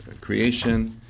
creation